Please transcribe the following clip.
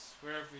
wherever